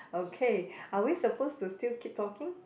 okay are we supposed to still keep talking